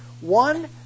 one